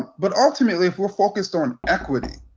but ultimately if we're focused on equity,